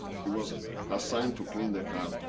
he was assigned to clean the cars.